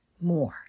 more